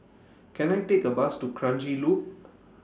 Can I Take A Bus to Kranji Loop